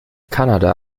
kanada